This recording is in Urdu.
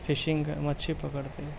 فشنگ کر مچھلی پکڑتے